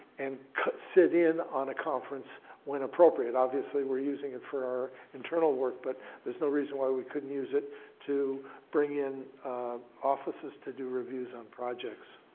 and sit in on a conference when appropriate. obviously, we're using it for our internal work, but there's no reason why we couldn't use it to bring in offices to do reviews on projects.